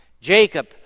Jacob